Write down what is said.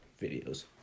Videos